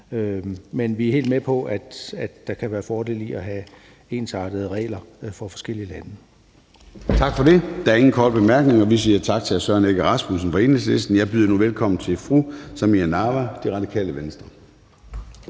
Men vi er helt med på, at der kan være fordele i at have ensartede regler for forskellige lande. Kl. 00:14 Formanden (Søren Gade): Tak for det. Der er ingen korte bemærkninger. Vi siger tak til hr. Søren Egge Rasmussen fra Enhedslisten. Jeg byder nu velkommen til fru Samira Nawa, Radikale Venstre.